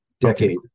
decade